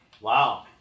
wow